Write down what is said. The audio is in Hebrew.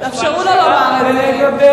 תאפשרו לו לומר את זה.